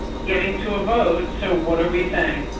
getting to a vote. so what are we saying.